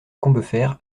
combeferre